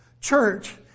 Church